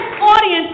audience